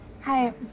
Hi